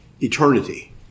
eternity